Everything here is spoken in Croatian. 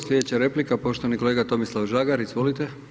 Sljedeća replika, poštovani kolega Tomislav Žagar, izvolite.